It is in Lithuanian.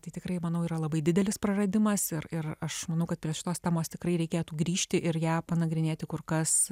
tai tikrai manau yra labai didelis praradimas ir ir aš manau kad prie šitos temos tikrai reikėtų grįžti ir ją panagrinėti kur kas